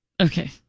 okay